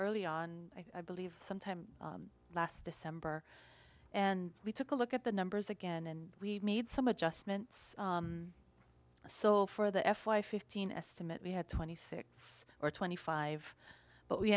early on i believe sometime last december and we took a look at the numbers again and made some adjustments so for the f y fifteen estimate we had twenty six or twenty five but we